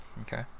Okay